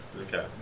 Okay